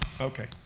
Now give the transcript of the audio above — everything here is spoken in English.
okay